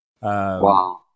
wow